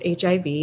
HIV